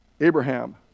Abraham